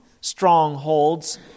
strongholds